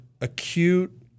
acute